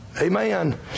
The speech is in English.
Amen